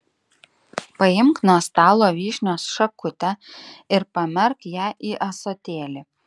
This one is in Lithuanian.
paimk nuo stalo vyšnios šakutę ir pamerk ją į ąsotėlį